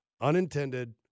unintended